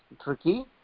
tricky